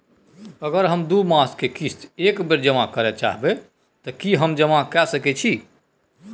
अगर हम दू मास के किस्त एक बेर जमा करे चाहबे तय की हम जमा कय सके छि?